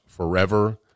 Forever